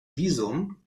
visum